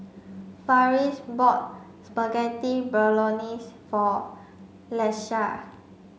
Farris bought Spaghetti Bolognese for Lakesha